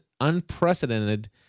unprecedented